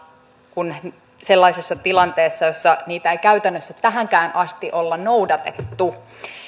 sellaisessa tilanteessa jossa niitä ei käytännössä tähänkään asti olla noudatettu